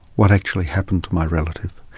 what actually happened to my relative?